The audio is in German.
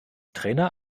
trainer